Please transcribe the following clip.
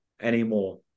anymore